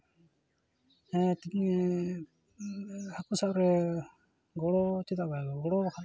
ᱦᱮᱸ ᱦᱟᱹᱠᱩ ᱥᱟᱵᱨᱮ ᱜᱚᱲᱚ ᱪᱮᱫᱟᱜ ᱵᱟᱭ ᱜᱚᱲᱚ ᱜᱚᱲᱚ ᱵᱟᱠᱷᱟᱱ